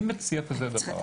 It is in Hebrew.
אני מציע כזה דבר,